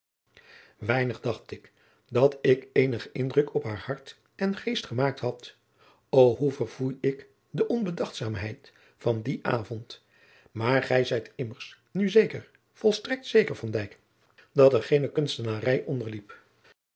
weinig dacht ik dat ik eenigen indruk op haar hart en geest gemaakt had o hoe verfoei ik de onbedachtzaamheid van dien avond maar gij zijt immers nu zeker volstrekt zeker van dijk dat er geene kunstenarij onderliep